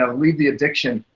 ah leave the addiction.